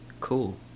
cool